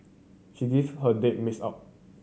she give her date mix up